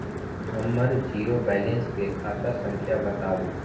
हमर zero balance के खाता संख्या बतबु?